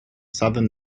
southern